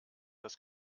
das